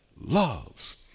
loves